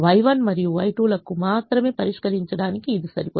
Y1 మరియు Y2 లకు మాత్రమే పరిష్కరించడానికి ఇది సరిపోతుంది